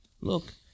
look